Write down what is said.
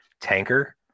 tanker